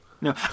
No